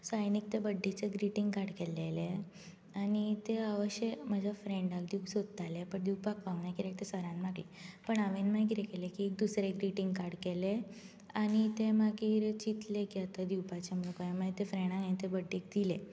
हांवें एकदां बर्थडेचें ग्रिटींग कार्ड केलेलें आनी तें अशें म्हज्या फ्रेंडाक दिवंक सोदतालें पूण दिवपाक पावूंक ना कित्याक तें सरान मागलें पूण हांवें मागीर कितें केलें की दुसरें एक ग्रिटींग कार्ड केलें आनी तें मागीर चिंतलें की दिवपाचें म्हूण काय मागीर ते फ्रेंडाक हांवें तें बर्थडेक दिलें